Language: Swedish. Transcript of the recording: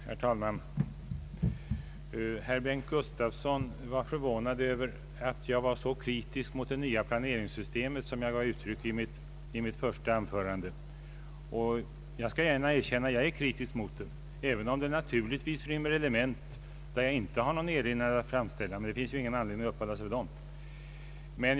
Herr talman! Herr Bengt Gustavsson var förvånad över den kritik mot det nya planeringssystemet som jag gav uttryck åt i mitt första anförande. Jag skall gärna erkänna att jag är kritisk mot det, även om det naturligtvis finns element där jag inte har någon erinran att framställa, men jag har ingen anledning att uppehålla mig vid dem.